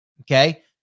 Okay